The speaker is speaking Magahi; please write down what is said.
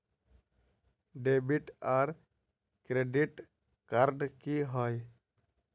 डेबिट आर क्रेडिट कार्ड की होय?